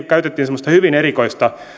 käytettiin semmoista hyvin erikoista